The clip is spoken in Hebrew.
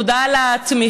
תודה על התמיכה,